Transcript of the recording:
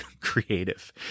creative